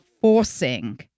forcing